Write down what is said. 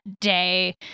day